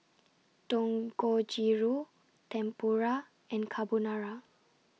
Dangojiru Tempura and Carbonara